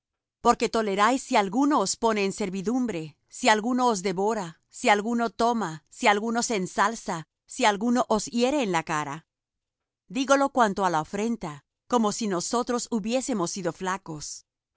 porque toleráis si alguno os pone en servidumbre si alguno os devora si alguno toma si alguno se ensalza si alguno os hiere en la cara dígolo cuanto á la afrenta como si nosotros hubiésemos sido flacos